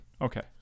okay